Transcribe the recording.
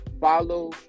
Follow